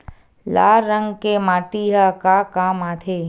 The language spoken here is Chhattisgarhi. लाल रंग के माटी ह का काम आथे?